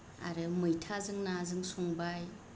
आरो मैथाजों नाजों संबाय